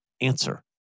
answer